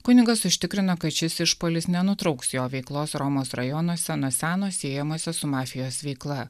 kunigas užtikrino kad šis išpuolis nenutrauks jo veiklos romos rajonuose nuo seno siejamose su mafijos veikla